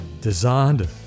designed